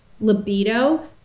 libido